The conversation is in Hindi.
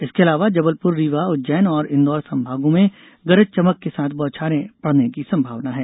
इसके अलावा जबलपुर रीवा उज्जैन और इंदौर संभागों में गरज चमक के साथ बौछारें पड़ने की संभावना है